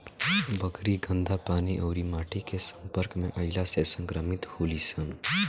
बकरी गन्दा पानी अउरी माटी के सम्पर्क में अईला से संक्रमित होली सन